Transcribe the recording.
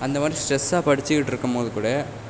அந்த மாதிரி ஸ்ட்ரெஸ்ஸாக படிச்சுக்கிட்டு இருக்கும்போது கூட